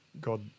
God